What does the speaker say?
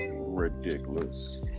Ridiculous